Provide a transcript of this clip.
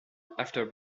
after